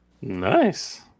Nice